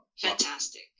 fantastic